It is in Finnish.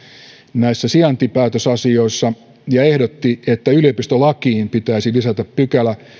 näissä sijaintipäätösasioissa ja ehdotti että yliopistolakiin pitäisi lisätä pykälä